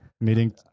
meeting